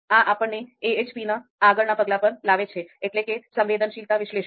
આ આપણને AHP ના આગલાના પગલા પર લાવે છે એટલે કે સંવેદનશીલતા વિશ્લેષણ